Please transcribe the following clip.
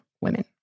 women